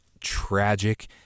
tragic